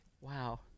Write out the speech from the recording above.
Wow